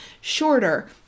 shorter